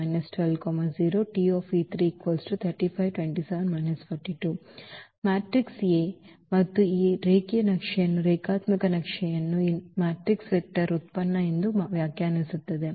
matrix ಮತ್ತು ಈ ರೇಖೀಯ ನಕ್ಷೆಯನ್ನು ಈ ರೇಖಾತ್ಮಕ ನಕ್ಷೆಯನ್ನು ಈ ಮ್ಯಾಟ್ರಿಕ್ಸ್ ವೆಕ್ಟರ್ ಉತ್ಪನ್ನ ಎಂದು ವ್ಯಾಖ್ಯಾನಿಸುತ್ತದೆ